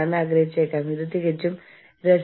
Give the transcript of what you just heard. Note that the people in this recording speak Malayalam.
എന്തെങ്കിലും സംഭവിച്ചാൽ ഞങ്ങൾ അത് കൈകാര്യം ചെയും